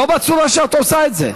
שיקרת בכל הדברים שעשית.